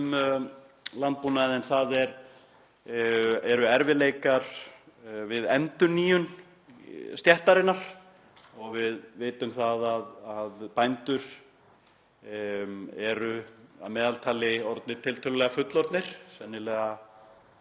rætt er um landbúnaðinn en það eru erfiðleikar við endurnýjun stéttarinnar. Við vitum það að bændur eru að meðaltali orðnir tiltölulega fullorðnir, sennilega